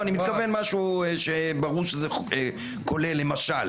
אני מתכוון משהו שברור שזה כולל למשל